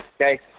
Okay